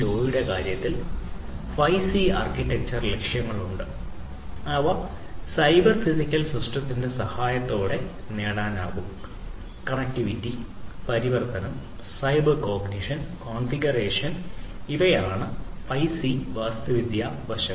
0 ന്റെ കാര്യത്തിൽ 5 C architecture ഇവയാണ് 5C വാസ്തുവിദ്യാ വശങ്ങൾ